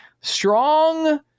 Strong